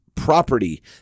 property